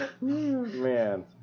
Man